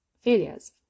failures